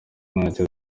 ntacyo